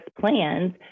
plans